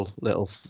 little